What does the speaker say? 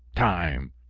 time!